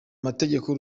mategeko